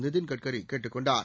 நிதின்கட்கரி கேட்டுக் கொண்டார்